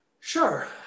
Sure